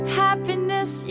happiness